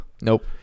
Nope